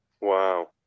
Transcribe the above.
Wow